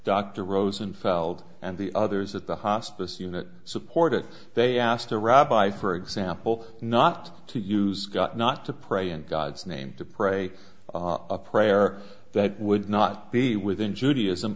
dr rosenfeld and the others at the hospice unit supported they asked a rabbi for example not to use gut not to pray in god's name to pray a prayer that would not be within judaism